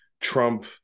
Trump